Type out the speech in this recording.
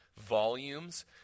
volumes